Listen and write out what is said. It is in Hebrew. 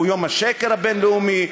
הוא יום השקר הבין-לאומי,